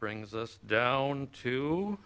brings us down to